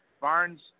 Barnes